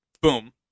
boom